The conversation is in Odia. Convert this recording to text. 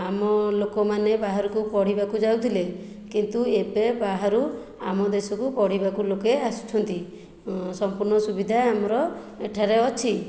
ଆମ ଲୋକମାନେ ବାହାରକୁ ପଢ଼ିବାକୁ ଯାଉଥିଲେ କିନ୍ତୁ ଏବେ ବାହାରୁ ଆମ ଦେଶକୁ ପଢ଼ିବାକୁ ଲୋକେ ଆସୁଛନ୍ତି ସମ୍ପୂର୍ଣ ସୁବିଧା ଆମର ଏଠାରେ ଅଛି